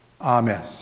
Amen